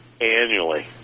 annually